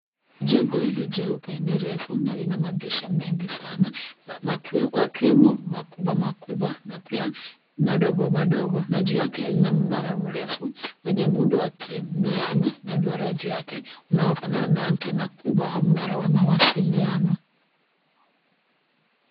Jengo hili jeupe ni refu na lina madirisha mengi sana yakiwemo makubwa makubwa na pia madogomadogo na juu yake lina mnara mrefu wenye muundo wa kimianya na duara juu yake unaofanana na antena kubwa au mnara wa mawasiliano.